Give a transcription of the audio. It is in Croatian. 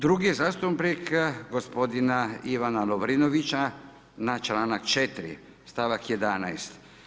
Drugi je zastupnik gospodina Ivana Lovrinovića na članak 4. stavak 11.